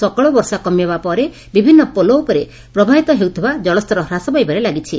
ସକାଳୁ ବର୍ଷା କମିବା ପରେ ବିଭନୁ ପୋଲ ଉପରେ ପ୍ରବାହିତ ହେଉଥିବା ଜଳ ସ୍ତର ହ୍ରାସ ପାଇବାରେ ଲାଗିଛି